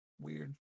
Weird